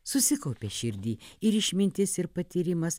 susikaupė širdy ir išmintis ir patyrimas